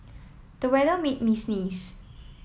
the weather made me sneeze